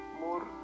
more